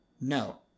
no